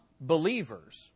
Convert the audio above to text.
believers